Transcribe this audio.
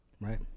Right